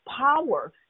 power